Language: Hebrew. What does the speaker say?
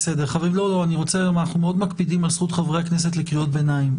אנחנו מאוד מקפידים על זכות חברי הכנסת לקריאות ביניים,